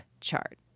chart